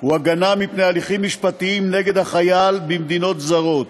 הוא הגנה מפני הליכים משפטיים נגד החייל במדינות זרות.